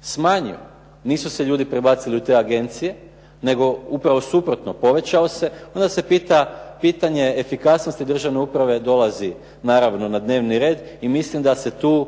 smanjio, nisu se ljudi prebacili u te agencije, nego upravo suprotno. Povećao se. Onda se pita pitanje efikasnosti državne uprave dolazi naravno na dnevni red i mislim da se tu